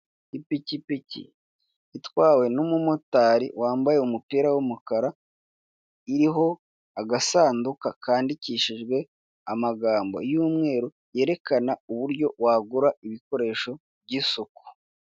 Ipikipiki itwawe n'umumotari wambaye umupira w'umukara, iriho agasanduka kandikishijwe amagambo y'umweru, yerekana uburyo wagura ibikoresho by'isuku.